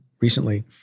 recently